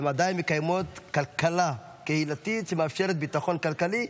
הן עדיין מקיימות כלכלה קהילתית שמאפשרת ביטחון כלכלי,